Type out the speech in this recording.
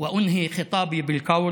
אסיים את נאומי ואומר: